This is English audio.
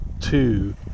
two